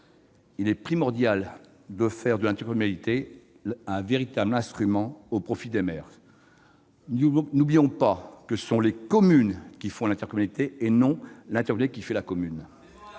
Il est primordial de faire de l'intercommunalité un véritable instrument au profit des maires. N'oublions pas que ce sont les communes qui font l'intercommunalité, et non l'intercommunalité qui fait les communes